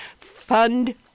fund